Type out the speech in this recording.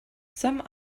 some